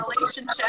relationship